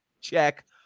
check